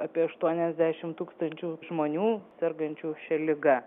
apie aštuoniasdešim tūkstančių žmonių sergančių šia liga